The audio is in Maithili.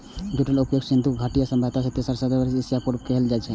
जूटक उपयोग सिंधु घाटी सभ्यता मे तेसर सहस्त्राब्दी ईसा पूर्व कैल जाइत रहै